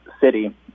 city